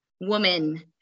woman